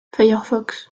firefox